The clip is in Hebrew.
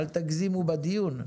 אל תגזימו בדיון.